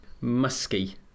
Musky